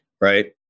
right